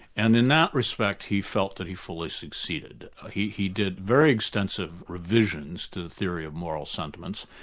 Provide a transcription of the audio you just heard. and in that respect he felt that he fully succeeded. ah he he did very extensive revisions to the theory of moral sentiments,